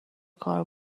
کار